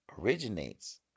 originates